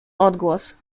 odgłos